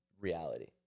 reality